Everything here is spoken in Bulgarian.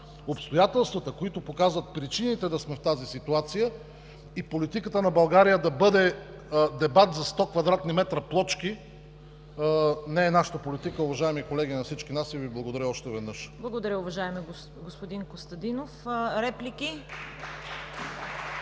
Обстоятелствата, които показват причините да сме в тази ситуация и политиката на България да бъде дебат за 100 квадратни метра плочки, не е нашата политика, уважаеми колеги, на всички нас. И Ви благодаря още веднъж. (Ръкопляскания от „БСП